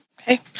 Okay